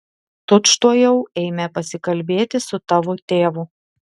tučtuojau eime pasikalbėti su tavo tėvu